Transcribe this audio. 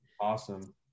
awesome